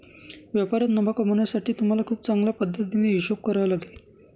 व्यापारात नफा कमावण्यासाठी तुम्हाला खूप चांगल्या पद्धतीने हिशोब करावा लागेल